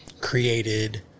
created